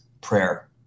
prayer